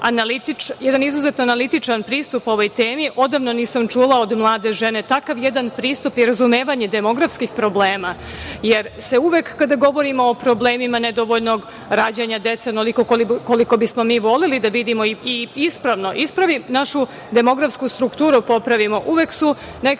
izuzetno analitičan pristup ovoj temi. Odavno nisam čula od mlade žene takav jedan pristup i razumevanje demografskih problema, jer se uvek kada govorimo o problemima nedovoljnog rađanja dece, onoliko koliko bi smo mi voleli da vidimo i ispravim našu demografsku strukturu, popravimo,